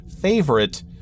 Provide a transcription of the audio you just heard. favorite